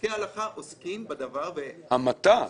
פוסקי ההלכה עוסקים בדבר --- המתה.